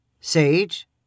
Sage